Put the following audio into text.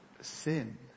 Sin